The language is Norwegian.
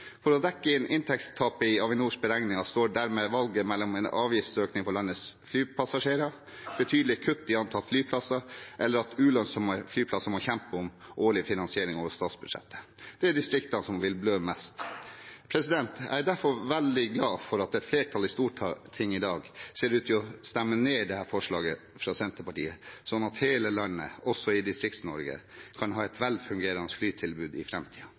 For å dekke inn inntektstapet i Avinors beregninger står dermed valget mellom en avgiftsøkning for landets flypassasjerer, betydelige kutt i antall flyplasser og at ulønnsomme flyplasser må kjempe om en årlig finansiering over statsbudsjettet. Og det er distriktene som vil blø mest. Jeg er derfor veldig glad for at et flertall i Stortinget i dag ser ut til å stemme ned dette forslaget fra Senterpartiet, slik at hele landet, også Distrikts-Norge, kan ha et velfungerende flytilbud i